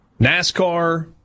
NASCAR